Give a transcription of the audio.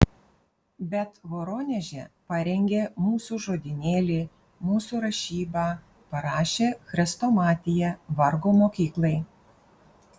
bet voroneže parengė mūsų žodynėlį mūsų rašybą parašė chrestomatiją vargo mokyklai